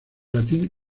latín